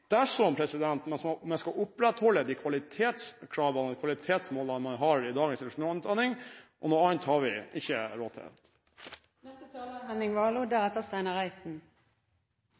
man skal opprettholde de kvalitetskravene, de kvalitetsmålene man har i dagens ingeniørutdanning, og noe annet har vi ikke råd